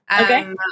okay